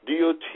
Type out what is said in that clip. DOT